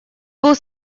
был